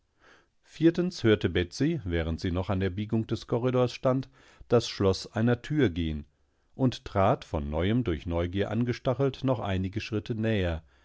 hörte betsey während sie noch an der biegung des korridors stand das schloß einer tür gehen und trat von neuem durch neugier angestachelt noch einige schrittenäherbliebdannwiederstehenunderörtertebeisichselbstdieschwierigeund